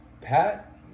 Pat